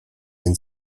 and